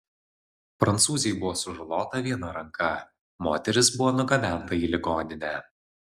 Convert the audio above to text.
prancūzei buvo sužalota viena ranka moteris buvo nugabenta į ligoninę